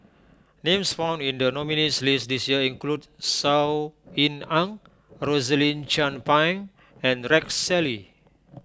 names found in the nominees' list this year include Saw Ean Ang Rosaline Chan Pang and Rex Shelley